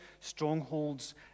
strongholds